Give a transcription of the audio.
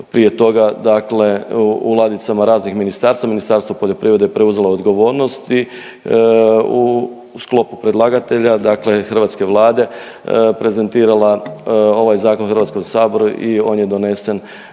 prije toga dakle u ladicama raznih ministarstava. Ministarstvo poljoprivrede je preuzelo odgovornosti u sklopu predlagatelja dakle hrvatske Vlade prezentirala ovaj zakon Hrvatskom saboru i on je donesen